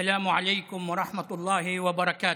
סלאם עליכום ורחמת אללה וברכתו.